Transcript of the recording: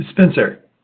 Spencer